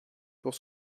pour